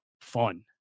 fun